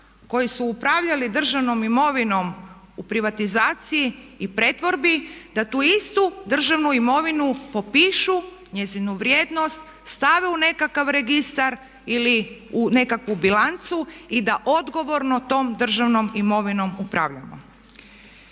koji su upravljali državnom imovinom u privatizaciji i pretvorbi da tu istu državnu imovinu popišu njezinu vrijednost, stave u nekakav registar ili u nekakvu bilancu i da odgovorno tom državnom imovinom upravljamo.